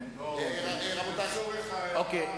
היחידים שעובדים הם אצל המתנחלים,